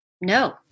no